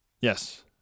Yes